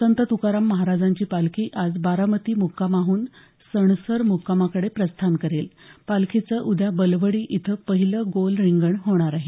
संत तुकाराम महाराजांची पालखी आज बारामती मुक्कामाहून सणसर मुक्कामाकडे प्रस्थान करेल पालखीचं उद्या बेलवडी इथं पहिलं गोल रिंगण होणार आहे